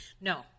No